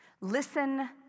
Listen